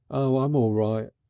oh! i'm all right.